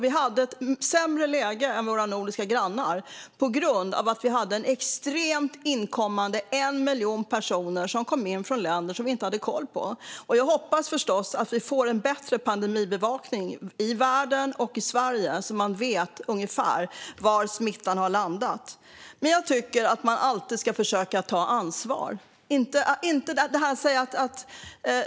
Vi hade ett sämre läge än våra nordiska grannar eftersom vi inte hade koll på den miljon människor som kom in från andra länder. Jag hoppas förstås att vi får en bättre pandemibevakning i världen och i Sverige så att vi vet på ett ungefär var smittan har landat. Jag tycker att man alltid ska försöka ta ansvar.